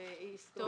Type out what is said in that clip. זה היסטורית.